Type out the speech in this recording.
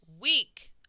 week